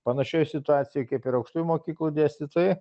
panašioj situacijoj kaip ir aukštųjų mokyklų dėstytojai